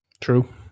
True